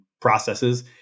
processes